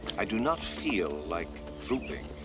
i do not feel like drooping.